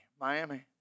Miami